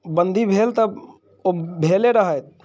बंदी भेल तऽ ओ भेले रहै